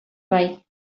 bai